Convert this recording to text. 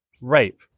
rape